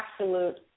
absolute